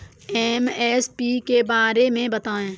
MSP के बारे में बतायें?